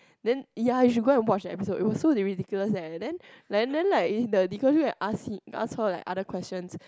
then ya you should go and watch an episode it was so ridiculous and then and then like if the you go him and ask him ask her like other questions